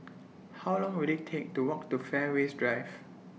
How Long Will IT Take to Walk to Fairways Drive